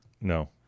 No